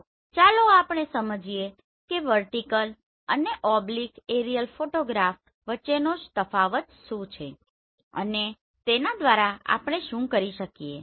તો ચાલો આપણે સમજીએ કે વર્ટીકલ અને ઓબ્લીક હવાઈ એરિઅલ ફોટોગ્રાફ વચ્ચે શું તફાવત છે અને તેના દ્વારા આપણે શું કરી શકીએ